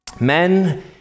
Men